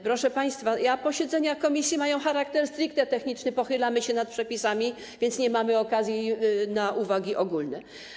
Proszę państwa, posiedzenia komisji mają charakter stricte techniczny, pochylamy się nad przepisami, więc nie mamy czasu na uwagi ogólne.